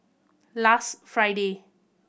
last Friday